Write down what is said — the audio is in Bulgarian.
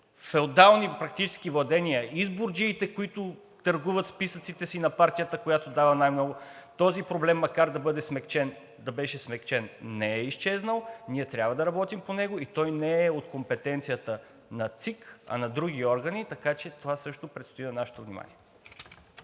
феодални практически владения, изборджиите, които търгуват списъците си на партията, която дава най-много, този проблем, макар да беше смекчен, не е изчезнал. Ние трябва да работим по него и той не е от компетенцията на ЦИК, а на други органи, така че това също предстои на нашето внимание.